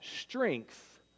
strength